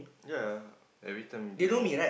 ya everytime you didn't know